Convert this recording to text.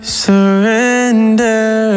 surrender